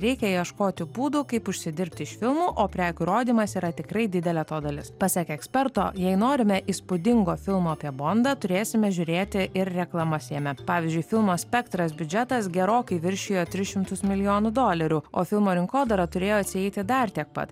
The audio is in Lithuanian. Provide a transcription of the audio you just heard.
reikia ieškoti būdų kaip užsidirbti iš filmų o prekių rodymas yra tikrai didelė to dalis pasiekė eksperto jei norime įspūdingo filmo apie bondą turėsime žiūrėti ir reklamas jame pavyzdžiui filmo spektras biudžetas gerokai viršijo tris šimtus milijonų dolerių o filmo rinkodara turėjo atsieiti dar tiek pat